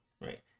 right